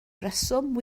reswm